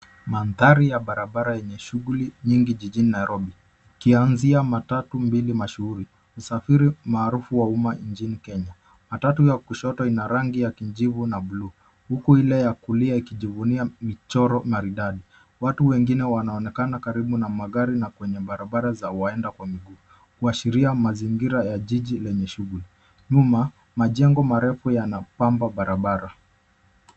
Mandhari ya barabara yenye shughuli nyingi jijini Nairobi. Ikianzia matatu mbili mashuhuri. Usafiri maarufu wa umma nchini Kenya. Matatu ya kushoto ina rangi ya kijivu na blue huku ile ya kulia ikijivunia michoro maridadi. Watu wengine wanaonekana karibu na magari na kwenye barabara za huenda kwa miguu huashiria mazingira ya jiji lenye shughuli. Nyuma majengo marefu yanapamba barabara.